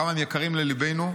כמה הם יקרים לליבנו.